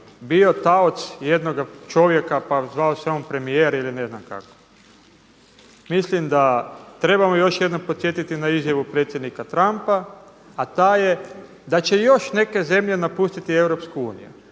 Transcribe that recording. bio taoc jednoga čovjeka pa zvao se on premijer ili ne znam kako? Mislim da trebamo još jednom podsjetiti na izjavu predsjednika Trumpa, a ta je da će još neke zemlje napustiti Europsku uniju.